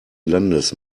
landes